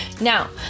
Now